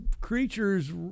creatures